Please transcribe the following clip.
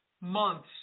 months